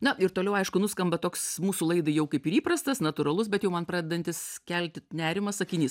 na ir toliau aišku nuskamba toks mūsų laidai jau kaip ir įprastas natūralus bet jau man pradedantis kelti nerimą sakinys